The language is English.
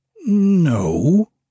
No